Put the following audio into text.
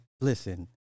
Listen